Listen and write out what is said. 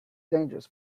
dangerous